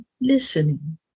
listening